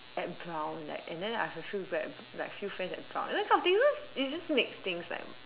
at brown like and then I have a few people like a few friends at brown and then you know it just makes things like